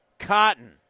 Cotton